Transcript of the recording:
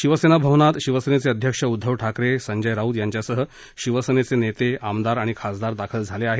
शिवसेनाभवनात शिवसेनेचे अध्यक्ष उद्दव ठाकरे संजय राऊत यांच्यासह शिवसेनेचे नेते आमदार आणि खासदार दाखल झाले आहेत